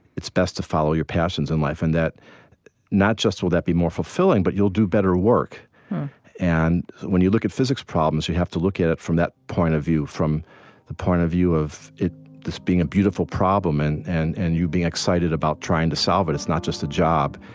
it's best to follow your passions in life, and that not just will that be more fulfilling, but you'll do better work and when you look at physics problems, you have to look at it from that point of view, from the point of view of this being a beautiful problem and and and you being excited about trying to solve it. it's not just a job.